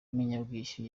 nyemezabwishyu